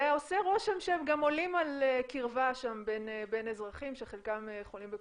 ועושה רושם שהן גם עולות על קירבה שם בין אזרחים שחלקם חולים בקורונה.